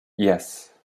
yes